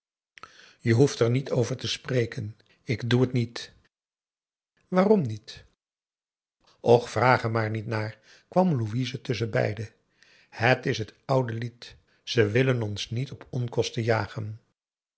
je behoeft er niet over te spreken ik doe het niet p a daum hoe hij raad van indië werd onder ps maurits waarom niet och vraag er maar niet naar kwam louise tusschenbeide het is t oude lied ze wil ons niet op onkosten jagen